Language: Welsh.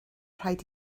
rhaid